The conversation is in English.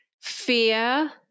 Fear